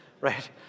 right